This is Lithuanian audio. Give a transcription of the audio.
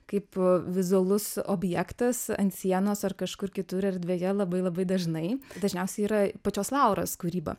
kaip vizualus objektas ant sienos ar kažkur kitur erdvėje labai labai dažnai dažniausiai yra pačios lauros kūryba